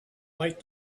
light